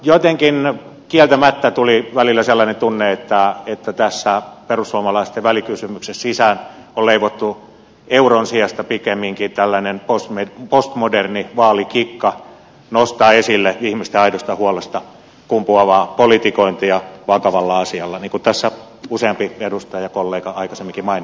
jotenkin kieltämättä tuli välillä sellainen tunne että tässä perussuomalaisten välikysymyksen sisään on leivottu euron sijasta pikemminkin tällainen postmoderni vaalikikka nostaa esille ihmisten aidosta huolesta kumpuavaa politikointia vakavalla asialla niin kuin tässä useampi edustajakollega aikaisemminkin mainitsi